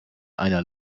einer